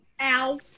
Ow